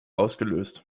ausgelöst